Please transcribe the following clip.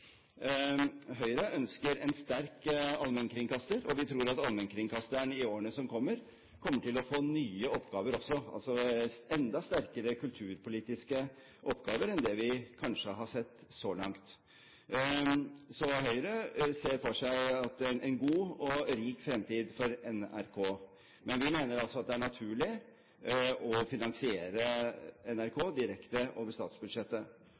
Høyre noen planer om. Høyre ønsker en sterk allmennkringkaster, og vi tror at allmennkringkasteren i årene som kommer, vil få nye oppgaver også, altså enda sterkere kulturpolitiske oppgaver enn det vi kanskje har sett så langt. Høyre ser for seg en god og rik fremtid for NRK, men vi mener altså at det er naturlig å finansiere NRK direkte over statsbudsjettet.